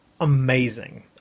amazing